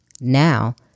Now